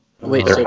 Wait